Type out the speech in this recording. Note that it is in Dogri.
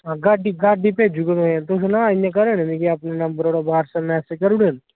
राड्डी भेजी ओड़गा ना तुस पैह्लें घरै दे अपने नंबर उप्परा व्हाट्सएप मैसेज़ करी ओड़ो नी